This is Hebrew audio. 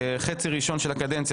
חצי ראשון של הקדנציה,